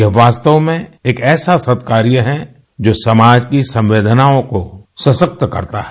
यह वास्तव में एक ऐसा सत्कार है जो समाज की संवदेनाओं को सशक्त करता है